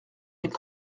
mille